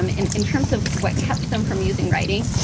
um in in terms of what kept them from using writing,